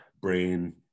brain